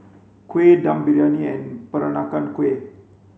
kuih dum briyani and peranakan kueh